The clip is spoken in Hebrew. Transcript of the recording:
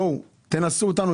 בואו, תנסו אותנו.